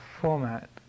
format